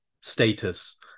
status